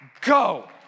Go